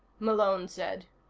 malone said.